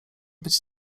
być